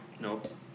Nope